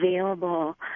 available